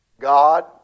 God